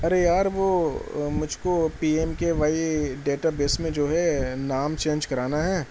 ارے یار وہ مجھ کو P M K Y database میں جو ہے نام چینج کرانا ہے